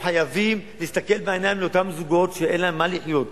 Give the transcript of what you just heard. אנחנו חייבים להסתכל בעיניים לאותם זוגות שאין להם ממה לחיות.